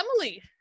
Emily